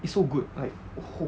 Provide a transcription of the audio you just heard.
it's so good like !whoa!